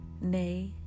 Nay